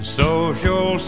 social